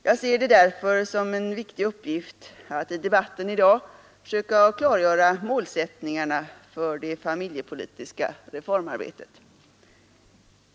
Jag ser det därför som en viktig uppgift att i debatten i dag försöka klargöra målsättningarna för det familjepolitiska reformarbetet.